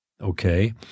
Okay